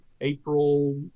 April